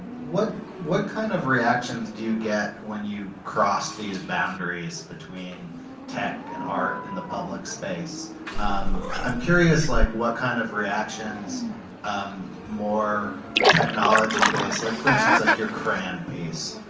what what kind of reactions do you get when you cross these boundaries between tech and art in the public space i'm curious like what kind of reactions more technology-based like for instance like your cran piece